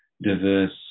diverse